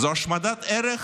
זו השמדת ערך